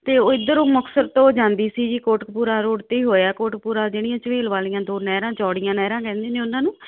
ਤੇ ਇਧਰੋਂ ਮੁਕਤਸਰ ਤੋਂ ਜਾਂਦੀ ਸੀ ਜੀ ਕੋਟਕਪੂਰਾ ਰੋਡ ਤੇ ਹੀ ਹੋਇਆ ਕੋਟਪੂਰਾ ਜਿਹੜੀਆਂ ਝਵੇਲ ਵਾਲੀਆਂ ਦੋ ਨਹਿਰਾਂ ਚੌੜੀਆਂ ਨਹਿਰਾਂ ਕਹਿੰਦੇ ਨੇ ਉਹਨਾਂ ਨੂੰ